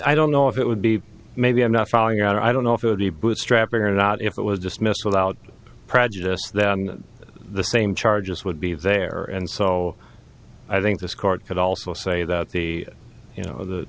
i don't know if it would be maybe i'm not following out i don't know if it would be bootstrapping or not if it was dismissed without prejudice that the same charges would be there and so i think this court could also say that the you know the